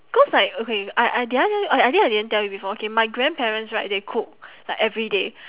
cause like okay I I the other day I I think I didn't tell you before okay my grandparents right they cook like everyday